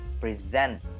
present